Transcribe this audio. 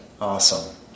Awesome